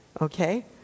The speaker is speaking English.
Okay